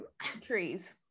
trees